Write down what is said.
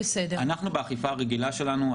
באכיפה הרגילה שלנו,